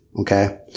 okay